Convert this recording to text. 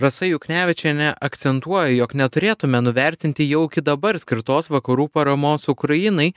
rasa juknevičienė akcentuoja jog neturėtume nuvertinti jauki dabar skirtos vakarų paramos ukrainai